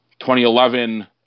2011